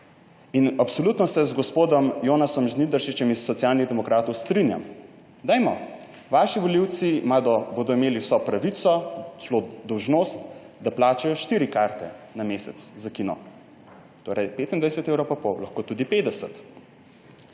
Absolutno se z gospodom Jonasom Žnidaršičem iz Socialnih demokratov strinjam. Dajmo! Vaši volivci bodo imeli vso pravico, celo dolžnost, da plačajo štiri karte na mesec za kino, torej 25,5 evrov, lahko tudi 50.